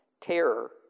Terror